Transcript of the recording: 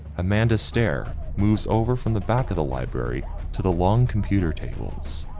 amanda stair moves over from the back of the library to the long computer tables.